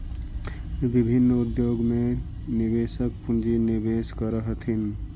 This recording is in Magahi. विभिन्न उद्योग में निवेशक पूंजी निवेश करऽ हथिन